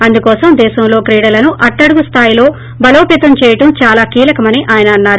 అందుకోసం దేశంలో క్రీడలను అట్టడుగు స్లాయిలో బలోపతం చేయడం చాలా కీలకమని ఆయన అన్నారు